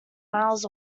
miles